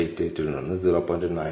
88 ൽ നിന്ന് 0